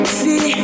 see